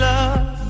Love